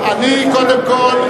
וגם מאיו"ש.